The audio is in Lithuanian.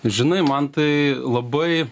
žinai mantai labai